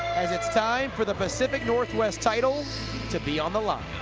as it's time for the pacific northwest title to be on the line.